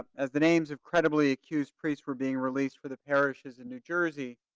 as the names of credibly accused priests were being released for the parishes in new jersey